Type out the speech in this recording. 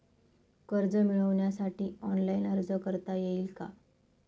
कर्ज मिळविण्यासाठी ऑनलाइन अर्ज करता येईल का?